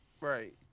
Right